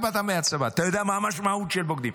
אתה באת מהצבא, אתה יודע מה המשמעות של בוגדים.